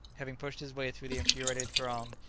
having pushed his way through the infuriated throng,